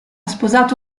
sposato